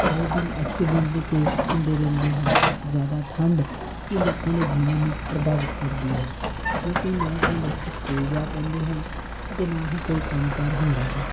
ਆਏ ਦਿਨ ਐਕਸੀਡੈਂਟ ਦੇ ਕੇਸ ਹੁੰਦੇ ਰਹਿੰਦੇ ਹਨ ਜ਼ਿਆਦਾ ਠੰਡ ਵੀ ਲੋਕਾਂ ਦੇ ਜੀਵਨ ਨੂੰ ਪ੍ਰਭਾਵਿਤ ਕਰਦੀ ਹੈ ਕਿਉਂਕਿ ਨਾ ਤਾਂ ਬੱਚੇ ਸਕੂਲ ਜਾ ਪਾਉਂਦੇ ਹਨ ਅਤੇ ਨਾ ਹੀ ਕੋਈ ਕੰਮ ਕਾਰ ਹੁੰਦਾ ਹੈ